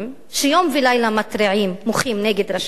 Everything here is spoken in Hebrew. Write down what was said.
שיום ולילה מוחים נגד רשלנות,